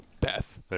Beth